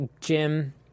Jim